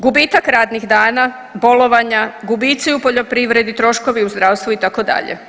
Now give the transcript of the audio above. Gubitak radnih dana, bolovanja, gubici u poljoprivredi, troškovi u zdravstvu itd.